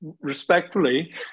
respectfully